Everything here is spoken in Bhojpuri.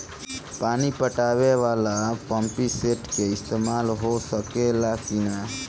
पानी पटावे ल पामपी सेट के ईसतमाल हो सकेला कि ना?